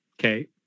okay